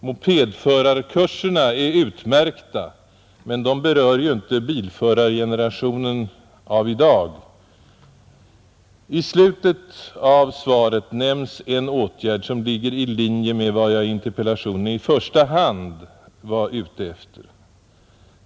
Mopedförarkurserna är utmärkta, men de berör ju inte bilförargenerationen av i dag. I slutet av svaret nämns en åtgärd som ligger i linje med vad jag i interpellationen i första hand var ute efter.